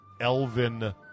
Elvin